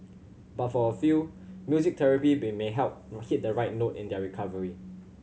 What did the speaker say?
but for a few music therapy may help hit the right note in their recovery